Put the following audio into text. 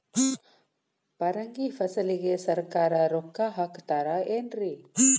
ಪರಂಗಿ ಫಸಲಿಗೆ ಸರಕಾರ ರೊಕ್ಕ ಹಾಕತಾರ ಏನ್ರಿ?